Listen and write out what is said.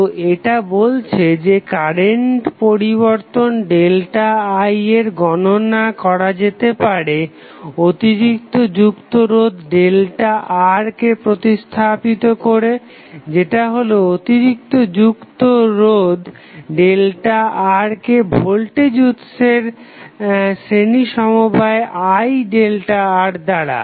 তো এটা বলছে যে কারেন্ট পরিবর্তন ΔI এর গণনা করা যেতে পারে অতিরিক্ত যুক্ত রোধ ΔR কে প্রতিস্থাপিত করে যেটা হলো অতিরিক্ত যুক্ত রোধ ΔR কে ভোল্টেজ উৎসের শ্রেণী সমবায় IΔR দ্বারা